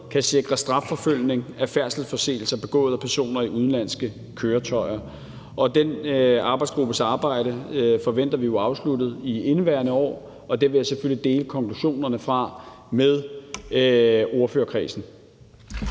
kan sikre strafforfølgning af færdselsforseelser begået af personer i udenlandske køretøjer. Den arbejdsgruppes arbejde forventer vi afsluttet i indeværende år, og den vil jeg selvfølgelig dele konklusionerne fra med ordførerkredsen.